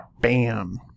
Bam